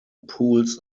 pools